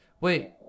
Wait